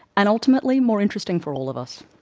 and ultimately more interesting for all of us.